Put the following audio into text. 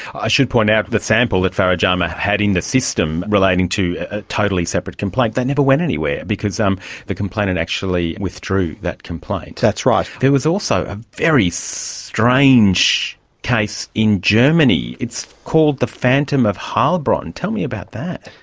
i should point out the sample that farah jama had in the system relating to a totally separate complaint, that never went anywhere because um the complainant actually withdrew that complaint. that's right. there was also a very strange case in germany. it's called the phantom of heilbronn. tell me about that.